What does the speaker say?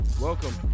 Welcome